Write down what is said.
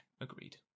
agreed